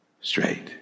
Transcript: straight